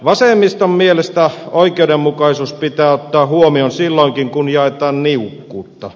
vasemmiston mielestä oikeudenmukaisuus pitää ottaa huomioon silloinkin kun jaetaan niukkuutta